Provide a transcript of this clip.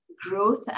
growth